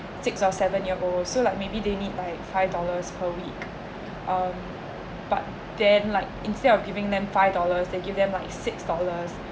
six or seven year old so like maybe they need like five dollars per week um but then like instead of giving them five dollars they give them like six six dollars